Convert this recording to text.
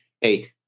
Hey